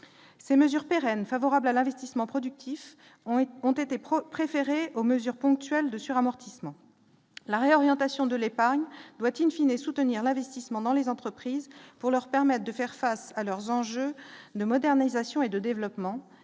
ces mesures pérennes, favorable à l'investissement productif ont été ont été pro-préféré aux mesures ponctuelles de sur-amortissement la réorientation de l'épargne doit in fine et soutenir l'investissement dans les entreprises pour leur permettent de faire face à leurs enjeux de modernisation et de développement,